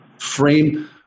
frame